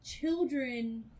children